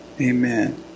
Amen